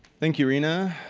thank you, reena.